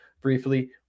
briefly